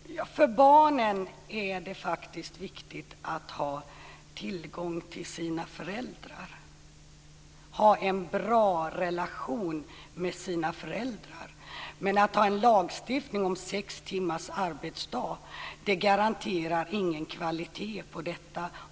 Herr talman! För barnen är det faktiskt viktigt att ha tillgång till sina föräldrar och en bra relation med dem, men att ha en lagstiftning om sex timmars arbetsdag garanterar ingen kvalitet i det avseendet,